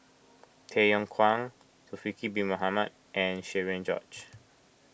Tay Yong Kwang Zulkifli Bin Mohamed and Cherian George